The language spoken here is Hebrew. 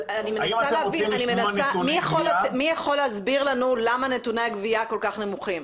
מי יכול להסביר לנו למה נתוני הגבייה כל כך נמוכים?